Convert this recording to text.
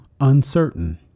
uncertain